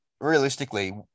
realistically